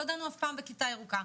אף פעם לא דנו בכיתה ירוקה.